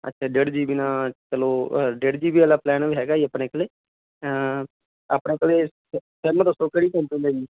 ਅੱਛਾ ਡੇਢ G B ਨਾਲ ਚਲੋ ਡੇਢ ਜੀ ਬੀ ਆਲਾ ਪਲੈਨ ਵੀ ਹੈਗਾ ਜੀ ਆਪਣੇ ਕੋਲੇ ਆਪਣੇ ਕੋਲੇ ਸਿ ਸਿਮ ਦੱਸੋ ਕਿਹੜੀ ਕੋਂਪਣੀ ਦਾ ਜੀ